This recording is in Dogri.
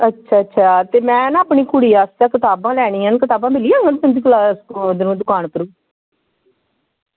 अच्छा अच्छा ते में ना अपनी कुड़ी आस्तै कताबां लैनियां ते कताबां मिली जाङन तुं'दे कोला ओह् उद्धर दकान उप्परूं